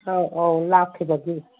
ꯑꯧ ꯑꯧ ꯂꯥꯛꯈꯤꯕꯒꯤ